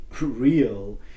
real